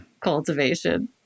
cultivation